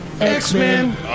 X-Men